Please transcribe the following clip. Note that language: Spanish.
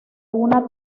una